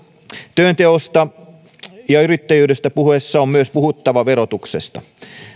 työnteosta ja yrittäjyydestä puhuttaessa on myös puhuttava verotuksesta